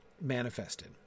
manifested